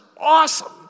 awesome